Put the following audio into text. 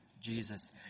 Jesus